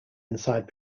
inside